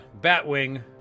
Batwing